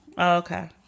Okay